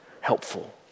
helpful